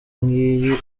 ngiyi